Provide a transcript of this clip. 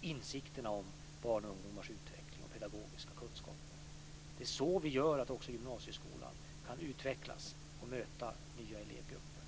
insikt om barns och ungdomars utveckling och pedagogiska kunskaper. Det är så vi gör för att också gymnasieskolan ska kunna utvecklas och möta nya elevgrupper.